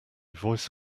voice